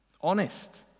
Honest